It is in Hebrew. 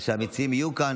אז שהמציעים יהיו כאן,